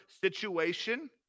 situation